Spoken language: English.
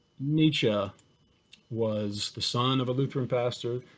nietzsche was the son of a lutheran pastor,